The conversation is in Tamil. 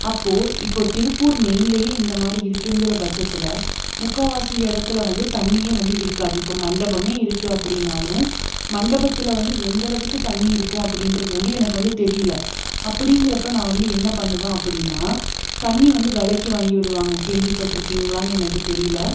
அப்போது இப்போ திருப்பூர் மெயின்லேயே இந்தமாதிரி இருக்குதுங்கிற பட்சத்தில் முக்காவாசி எடத்துல வந்து தண்ணி வந்து இருக்காது இப்போ மண்டபம் இருக்குது அப்படினாலும் மண்டபத்தில் வந்து எந்தளவுக்கு தண்ணி இருக்கும் அப்படின்றது வந்து எனக்கு வந்து தெரியல அப்படிங்கிறப்ப நான் வந்து என்ன பண்ணுவேன் அப்படின்னா தண்ணி வந்து விலைக்கி வாங்கி விடுவாங்க கேள்விப்பட்ருப்பிங்களான்னு எனக்கு தெரியல